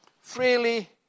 Freely